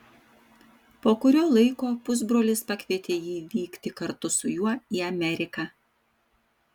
po kurio laiko pusbrolis pakvietė jį vykti kartu su juo į ameriką